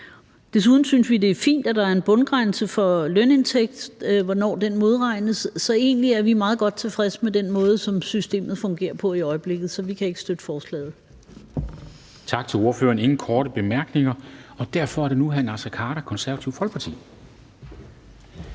Desuden synes vi, det er fint, at der er en bundgrænse for lønindtægt, altså for, hvornår den modregnes. Så egentlig er vi meget godt tilfredse med den måde, som systemet fungerer på i øjeblikket. Så vi kan ikke støtte forslaget.